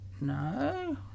No